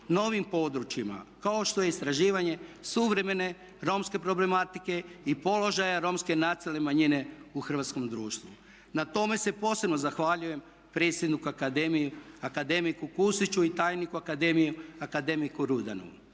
novim područjima kao što je istraživanje suvremene romske problematike i položaja Romske nacionalne manjine u hrvatskom društvu. Na tome se posebno zahvaljujem predsjedniku akademiku Kusiću i tajniku akademiku Rudanu.